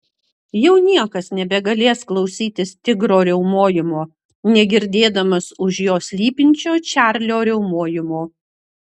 jau niekas nebegalės klausytis tigro riaumojimo negirdėdamas už jo slypinčio čarlio riaumojimo